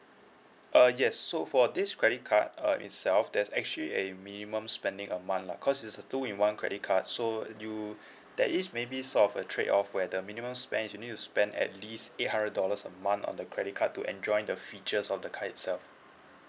uh yes so for this credit card uh itself there's actually a minimum spending a month lah cause it's a two in one credit card so do that is maybe sort of a trade off where the minimum spend you need to spend at least eight hundred dollars a month on the credit card to enjoy the features of the card itself